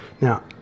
Now